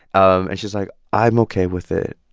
um and she's like, i'm ok with it.